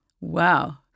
Wow